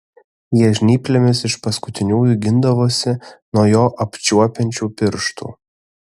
jie žnyplėmis iš paskutiniųjų gindavosi nuo jo apčiuopiančių pirštų